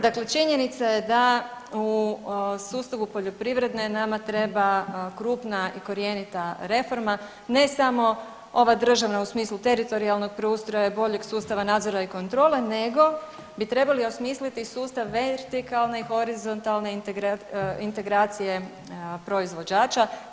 Dakle činjenica je da u sustavu poljoprivrede nama treba krupna i korjenita reforma, ne samo ova državna u smislu teritorijalnog preustroja i boljeg sustava nadzora i kontrole, nego bi trebali osmisliti sustav vertikalne i horizontalne integracije proizvođača.